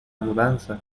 mudanza